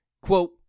Quote